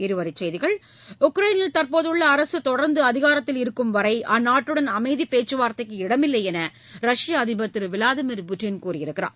இருவரிச்செய்திகள் உக்ரைனில் தற்போதுள்ள அரசு தொடர்ந்து அதிகாரத்தில் இருக்கும் வரை அந்நாட்டுடன் அமைதி பேச்சு வார்த்தைக்கு இடமில்லை என்று ரஷ்ய அதிபர் திரு விளாடிமிர் புட்டின் கூறியிருக்கிறார்